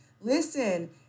Listen